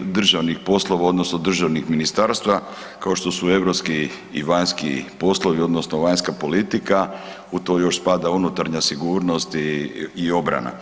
državnih poslova odnosno državnih ministarstava kao što su europski i vanjski poslovi odnosno vanjska politika u to još spada unutarnja sigurnost i obrana.